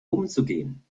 umzugehen